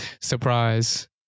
Surprise